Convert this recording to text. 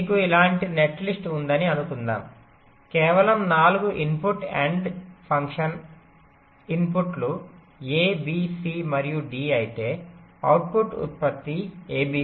మీకు ఇలాంటి నెట్లిస్ట్ ఉందని అనుకుందాం కేవలం 4 ఇన్పుట్ AND ఫంక్షన్ ఇన్పుట్లు A B C మరియు D అయితే అవుట్పుట్ ఉత్పత్తి ABCD